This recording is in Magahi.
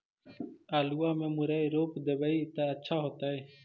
आलुआ में मुरई रोप देबई त अच्छा होतई?